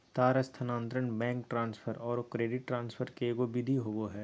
तार स्थानांतरण, bank transfer औरो क्रेडिट ट्रांसफ़र के एगो विधि होबो हइ